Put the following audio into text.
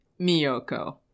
Miyoko